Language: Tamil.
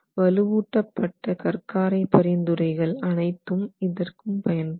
வலுவூட்டப்பட்ட கற்காரை பரிந்துரைகள் அனைத்தும் இதற்கும் பயன்படும்